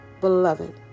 Beloved